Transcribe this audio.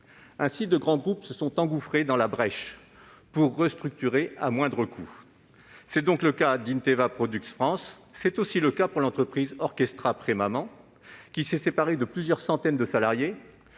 Ainsi, de grands groupes se sont engouffrés dans la brèche pour restructurer à moindre coût. C'est le cas d'Inteva Products France, mais aussi de l'entreprise Orchestra Prémaman, qui s'est séparée de plusieurs centaines de salariés,